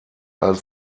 als